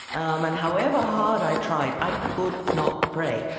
um and however hard i tried, i could not pray,